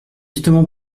justement